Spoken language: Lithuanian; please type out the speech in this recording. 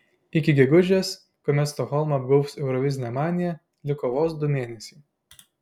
iki gegužės kuomet stokholmą apgaubs eurovizinė manija liko vos du mėnesiai